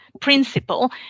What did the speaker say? principle